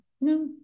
No